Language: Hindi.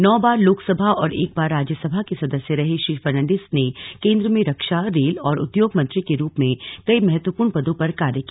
नौ बार लोकसभा और एक बार राज्य सभा के सदस्य रहे श्री फर्नान्डीज ने केन्द्र में रक्षा रेल और उद्योग मंत्री के रूप में कई महत्वपूर्ण पदों पर कार्य किया